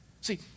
See